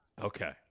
Okay